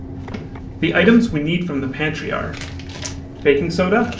the items we need from the pantry are baking soda,